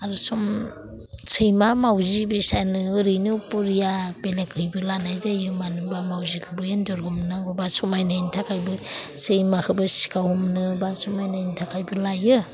आरो सम सैमा माउजि बिसायनो ओरैनो बुरिया बेलेकैबो लानाय जायो मानो होनब्ला माउजिखोबो एन्जर हमनांगौ बा समायनायनि थाखायबो सैमाखोबो सिखाव हमनो बा समायनायनि थाखायबो लायो